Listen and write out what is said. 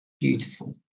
beautiful